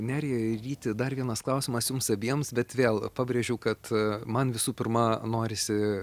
nerija ir ryti dar vienas klausimas jums abiems bet vėl pabrėžiau kad man visų pirma norisi